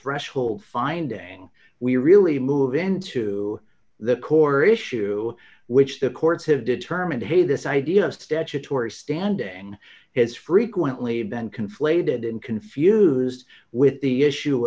threshold finding we really move into the core issue which the courts have determined hey this idea of statutory standing has frequently been conflated and confused with the issue